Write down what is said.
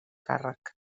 càrrec